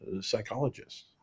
psychologists